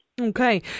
Okay